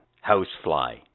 Housefly